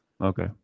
Okay